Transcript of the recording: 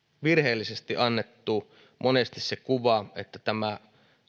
virheellisesti annettu se kuva että tämä